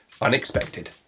unexpected